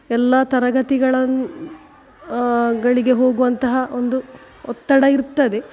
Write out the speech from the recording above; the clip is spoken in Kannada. ಎಲ್ಲ ತರಗತಿಗಳನ್ನು ಗಳಿಗೆ ಹೋಗುವಂತಹ ಒಂದು ಒತ್ತಡ ಇರ್ತದೆ